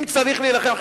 אם צריך להילחם,